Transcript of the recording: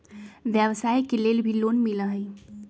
व्यवसाय के लेल भी लोन मिलहई?